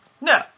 no